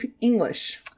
English